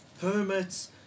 permits